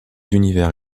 univers